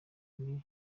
uri